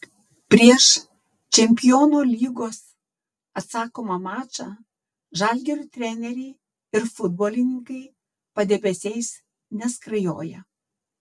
prieš čempionų lygos atsakomą mačą žalgirio treneriai ir futbolininkai padebesiais neskrajoja